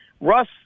Russ